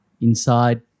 inside